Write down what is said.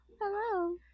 Hello